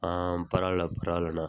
ஆ பரவாயில்ல பரவாயில்லண்ணா